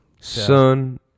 Son